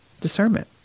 discernment